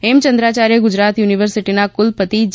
હેમચંદ્રાચાર્ય ઉત્તરગુજરાત યુનિવર્સિટીના ક્રલપતિ જે